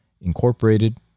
incorporated